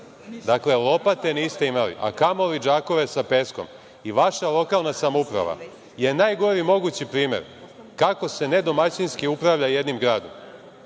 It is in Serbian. lopate. Lopate niste imali, a kamoli džakove sa peskom. Vaša lokalna samouprava je najgori mogući primer kako se nedomaćinski upravlja jednim